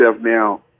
now